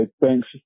thanks